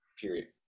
period